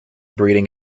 breeding